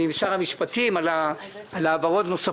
אני במקביל מדבר עם שר המשפטים על העברות נוספות,